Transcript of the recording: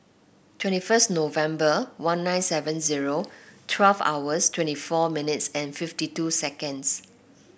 twenty first November one nine seven zero twelve hours twenty four minutes and fifty two seconds